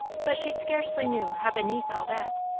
but she scarcely knew, how beneath all that,